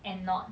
and not